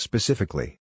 Specifically